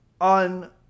on